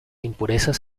impurezas